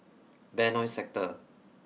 Benoi Sector